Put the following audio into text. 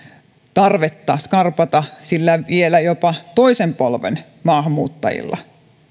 tarvetta skarpata sillä vielä jopa toisen polven maahanmuuttajilla